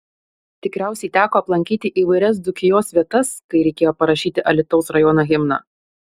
tikriausiai teko aplankyti įvairias dzūkijos vietas kai reikėjo parašyti alytaus rajono himną